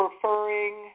preferring